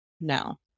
now